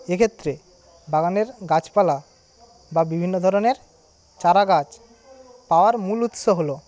এক্ষেত্রে বাগানের গাছপালা বা বিভিন্ন ধরনের চারা গাছ পাওয়ার মূল উৎস হল